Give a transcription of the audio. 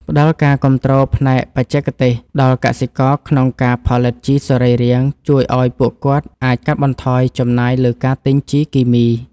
ផ្ដល់ការគាំទ្រផ្នែកបច្ចេកទេសដល់កសិករក្នុងការផលិតជីសរីរាង្គជួយឱ្យពួកគាត់អាចកាត់បន្ថយចំណាយលើការទិញជីគីមី។